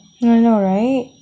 I know right